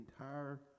entire